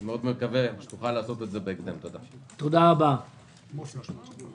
אני מקווה מאוד שתוכל לעשות את זה בהקדם.